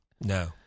No